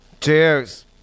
Cheers